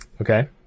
Okay